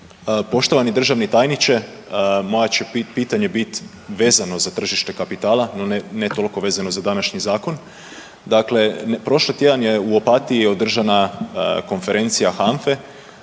Poštovani državni tajniče. Moje će pitanje bit vezano za tržište kapitala no ne toliko vezano za današnji zakon, dakle prošli tjedan je u Opatiji održana konferencija HANFA-e